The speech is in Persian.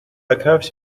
کفش